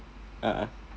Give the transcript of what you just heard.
a'ah